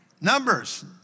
numbers